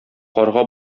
карга